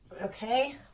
Okay